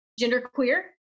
genderqueer